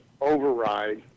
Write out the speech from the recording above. override